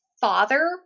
father